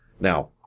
Now